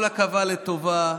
כל עכבה לטובה,